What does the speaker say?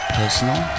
personal